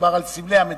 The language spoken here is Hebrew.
מדובר על סמלי המדינה.